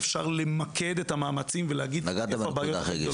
אפשר למקד את המאמצים ולהגיד איפה הבעיות הכי גדולות.